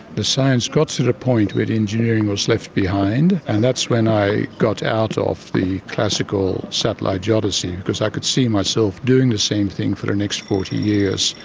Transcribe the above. the science got to the point where the engineering was left behind, and that's when i got out of the classical satellite geodesy because i could see myself doing the same thing for the next forty years,